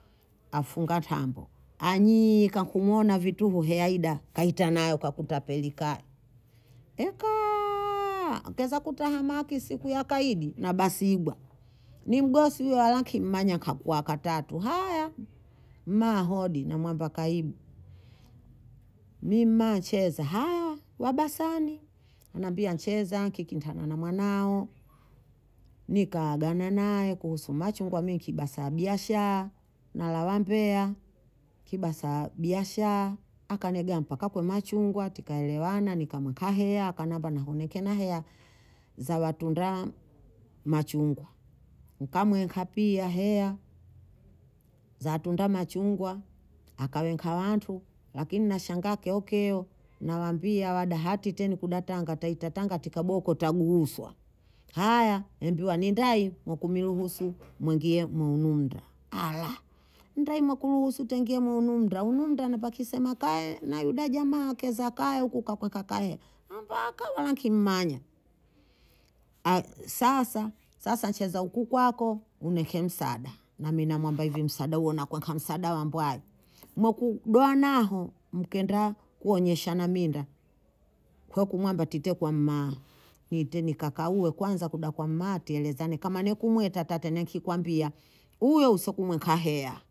Afunga ntambo, anyiika kumwona vituhu heya hida kaita nayo kwakutapelikaa, ekaaa keza kutahamaki siku ya kaidi nabasibwa, ni mgosi huyo walaki mmanya kakua katatu haya, mma hodi namwamba kayibu, mi mma ncheza, haya wabasani nnambia ncheza nkinkitana na mwanao, nikaaga naye kuhusu machungwa mi nkibasaha biashaya nalawa Mbeya, nkibasaha biashaya akaniegea mpaka kwe machungwa tika elewana nkamweka heya, akanamba niece na heya za watundaa machungwa nkamweka pia heya za watunda machungwa, akaweka wantu akini nashangaa keo keo nawaambia wada hati teni kuda tanga taita tanga tikaboko taguuswa, haya nembiwa nenda hi mwakumiruhusuku mwengie mwe hunu mnda ndai mwekuruhusu taingia mwe hunu mnda, hunu mnda napakisema kae na yuda jamaa akeza kae huku kakueka kaeya, wamba haka kimmanyi, a- sasa, sasa ncheza huku kwako hunieke msaada, nami namwamba hivi msaada huo nakueka msaada wa mbwayi, mwekudoha nao mkaenda kuonyeshana minda, kweku mwamba tiite kwa mma, niite nkakauwe kwanza kuda kwa mma tielezane kama nikumweta tate nikikwambia huyo uso kumweka heya